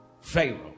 Pharaoh